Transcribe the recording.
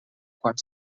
quan